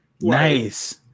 Nice